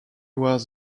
was